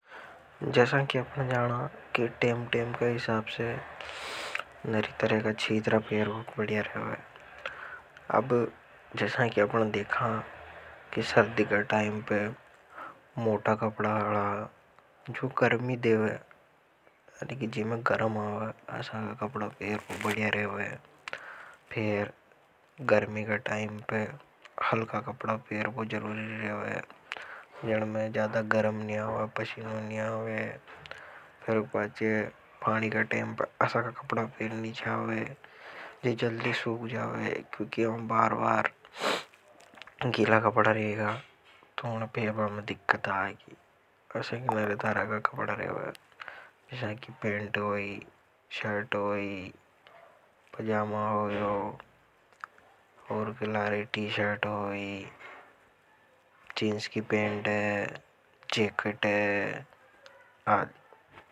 जैसा कि आपने जाना कि टेम टेम के हिसाब से नरीतरय का छीतरा फेराबो बढ़िया रेवे। अब जैसा कि आपने देखा है कि सर्दी का टाइम पे मोटा कपड़ा आडा, जो गर्मी देव है, तो जी में गरम है। अशा की कपड़ा फर्बोे बढ़िया रेवे। फिर गर्मी के टाइम पर हल्का कपड़ा फेरबो जरूरी रेवे जन्मे ज्यादा गरम नि। आवे पसीनो नी आवे फेर ऊके पचे पानी का टेम पे असा का कपड़ा पहनबो छावे। जो जल्दी सुख जावे, है क्योंकि हम बार-बार गिला कपड़ा रहेगा तो उन्हें फेरबा में दिक्कता आएगी असे कि। लेता रहेगा कपड़ा रहेगा। जैसा कि पेंट होई शर्ट होई पजामा होई हो और कि लारे टीशर्ट होई चींस की पेंट है जेकट है आदि।